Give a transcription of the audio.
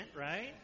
right